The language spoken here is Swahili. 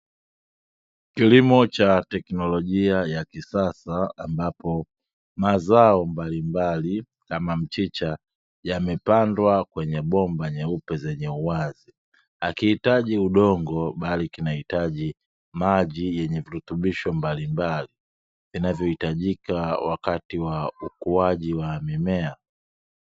Kilimo cha teknolojia ya kisasa, ambapo mazao mbalimbali, kama mchicha, yamepandwa kwenye bomba nyeupe zenye uwazi. Hakihitaji udongo, bali kinahitaji maji yenye virutubisho mbalimbali, vinavohitajika wakati wa ukuaji wa mimea.